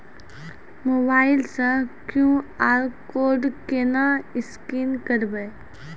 Mobile से QR code केना scan करबै?